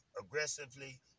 aggressively